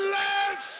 less